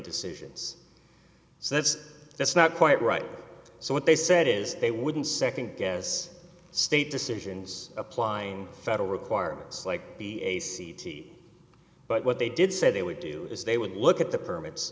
decisions so that's that's not quite right so what they said is they wouldn't nd guess state decisions applying federal requirements like the a c t but what they did say they would do is they would look at the permits